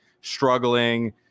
struggling